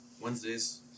wednesdays